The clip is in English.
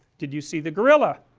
did you see the gorilla?